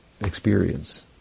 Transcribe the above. experience